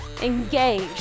Engage